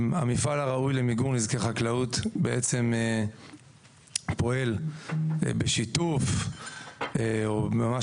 המפעל הראוי למיגור נזקי חקלאות בעצם פועל בשיתוף או ממש